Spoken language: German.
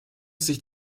sich